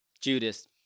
Judas